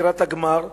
לקראת הגמר שלהם,